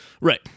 Right